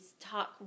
talk